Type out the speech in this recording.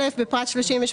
(א) בפרט 38.24,